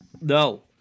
No